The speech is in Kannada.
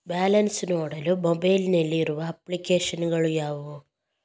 ಬ್ಯಾಲೆನ್ಸ್ ನೋಡಲು ಮೊಬೈಲ್ ನಲ್ಲಿ ಇರುವ ಅಪ್ಲಿಕೇಶನ್ ಗಳು ಯಾವುವು?